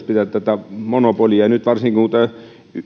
pitää tätä monopolia ja varsinkin nyt kun tämä